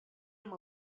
amb